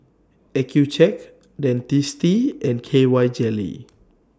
Accucheck Dentiste and K Y Jelly